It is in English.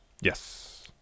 Yes